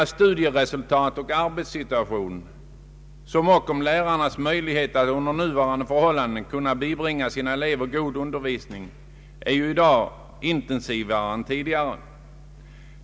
sultat och arbetssituation samt om lärarnas möjlighet att under nuvarande förhållanden kunna bibringa sina elever god undervisning är i dag intensivare än tidigare.